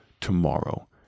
tomorrow